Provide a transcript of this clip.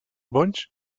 bonys